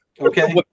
Okay